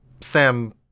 Sam